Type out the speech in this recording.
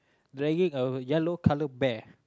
dragging a yellow color bear